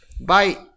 bye